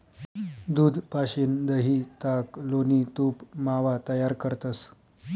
दूध पाशीन दही, ताक, लोणी, तूप, मावा तयार करतंस